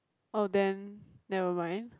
oh then never mind